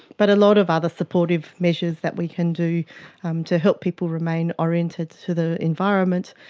but a lot of other supportive measures that we can do um to help people remain oriented to the environment,